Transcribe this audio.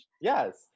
yes